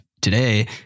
today